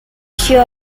sur